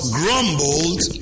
grumbled